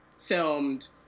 filmed